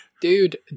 Dude